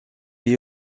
est